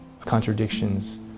contradictions